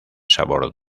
sabor